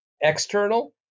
external